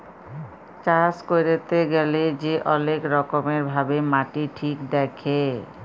চাষ ক্যইরতে গ্যালে যে অলেক রকম ভাবে মাটি ঠিক দ্যাখে